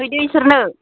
हैदो बिसोरनो